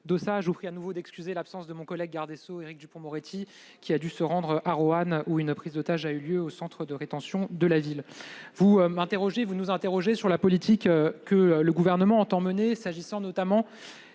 je vous prie encore d'excuser l'absence de mon collègue garde des sceaux, Éric Dupond-Moretti, qui a dû se rendre à Roanne, où une prise d'otages a eu lieu au centre de détention. Vous nous interrogez sur la politique que le Gouvernement entend mener s'agissant, notamment,